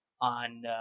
on